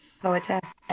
Poetess